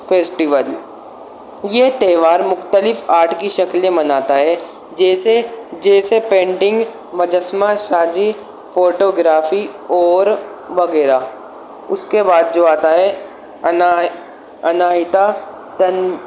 festival یہ تیوہار مختلف آرٹ کی شکلیں مناتا ہے جیسے جیسے پینٹنگ مجسمہ سازی فوٹو گرافی اور وغیرہ اس کے بعد جو آتا ہے انا اناہتہ تن